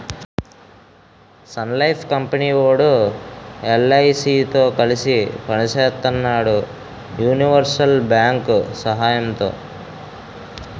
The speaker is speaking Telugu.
సన్లైఫ్ కంపెనీ వోడు ఎల్.ఐ.సి తో కలిసి పని సేత్తన్నాడు యూనివర్సల్ బ్యేంకు సహకారంతో